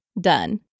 done